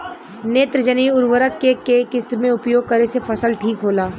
नेत्रजनीय उर्वरक के केय किस्त मे उपयोग करे से फसल ठीक होला?